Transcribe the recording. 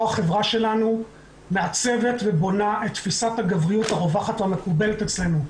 החברה שלנו מעצבת ובונה את תפיסת הגבריות הרווחת המקובלת אצלנו.